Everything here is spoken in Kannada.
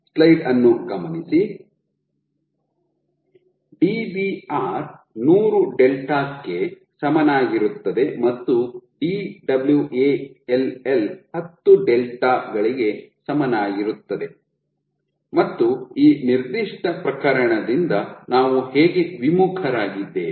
Dbr ನೂರು ಡೆಲ್ಟಾ ಕ್ಕೆ ಸಮನಾಗಿರುತ್ತದೆ ಮತ್ತು Dwall ಹತ್ತು ಡೆಲ್ಟಾ ಗಳಿಗೆ ಸಮನಾಗಿರುತ್ತದೆ ಮತ್ತು ಈ ನಿರ್ದಿಷ್ಟ ಪ್ರಕರಣದಿಂದ ನಾವು ಹೇಗೆ ವಿಮುಖರಾಗಿದ್ದೇವೆ